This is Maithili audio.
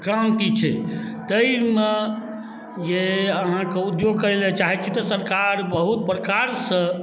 क्रान्ति छै ताहिमे जे अहाँके उद्योग करैलए चाहै छी तऽ सरकार बहुत प्रकारसँ